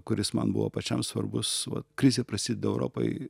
kuris man buvo pačiam svarbus vat krizė prasideda europai